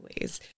ways